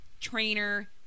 trainer